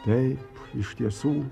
taip iš tiesų